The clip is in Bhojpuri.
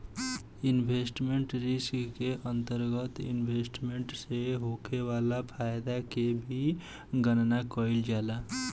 इन्वेस्टमेंट रिस्क के अंतरगत इन्वेस्टमेंट से होखे वाला फायदा के भी गनना कईल जाला